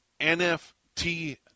NFT